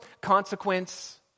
consequence